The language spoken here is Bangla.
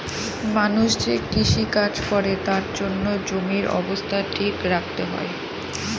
মানুষ যে কৃষি কাজ করে তার জন্য জমির অবস্থা ঠিক রাখতে হয়